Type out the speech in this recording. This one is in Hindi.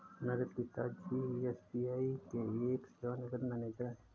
मेरे पिता जी एस.बी.आई के एक सेवानिवृत मैनेजर है